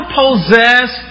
possess